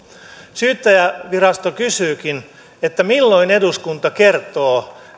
syyttäjänvirasto kysyykin milloin eduskunta kertoo